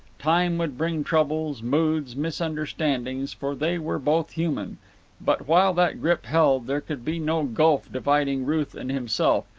time would bring troubles, moods, misunderstandings, for they were both human but, while that grip held, there could be no gulf dividing ruth and himself,